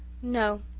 no,